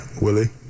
Willie